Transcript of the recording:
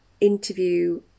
interview